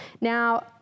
Now